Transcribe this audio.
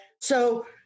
So-